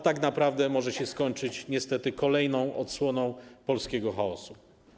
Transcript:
Tak naprawdę może się skończyć niestety kolejną odsłoną polskiego chaosu.